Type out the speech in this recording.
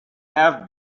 have